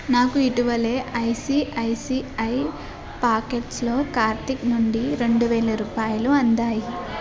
నాకు ఇటీవల ఐసిఐసిఐ పాకెట్స్లో కార్తిక్ నుండి రెండు వేలు రూపాయలు అందాయా